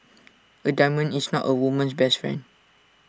A diamond is not A woman's best friend